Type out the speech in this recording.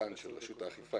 כצרכן של רשות האכיפה,